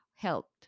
helped